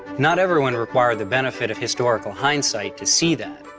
not everyone required the benefit of historical hindsight to see that.